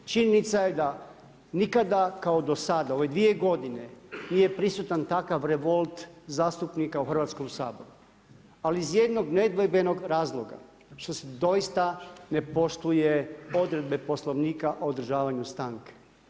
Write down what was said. Činjenica je da nikada kao do sada u ove dvije godine nije prisutan takav revolt zastupnika u Hrvatskom saboru, ali iz jednog nedvojbenog razloga što se doista ne poštuje odredbe Poslovnika o održavanju stanke.